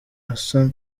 asa